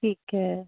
ਠੀਕ ਹੈ